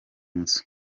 nzu